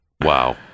Wow